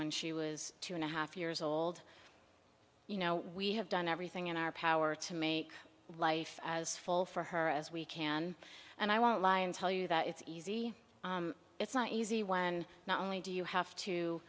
when she was two and a half years old you know we have done everything in our power to make life as full for her as we can and i won't lie and tell you that it's easy it's not easy when not only do you have to